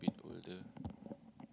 older